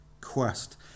quest